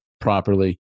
properly